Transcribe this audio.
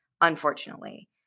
unfortunately